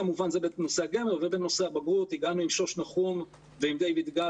בנושא הבגרות הגענו עם שוש נחום ועם דיוויד גל